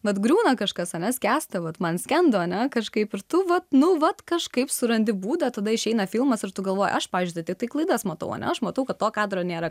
vat griūna kažkas ane skęsta vat man skendo ane kažkaip ir tu vat nu vat kažkaip surandi būdą tada išeina filmas ir tu galvoji aš pavyzdžiui tai tik klaidas matau ane aš matau kad to kadro nėra